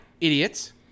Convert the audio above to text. idiots